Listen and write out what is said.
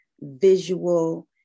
visual